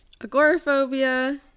agoraphobia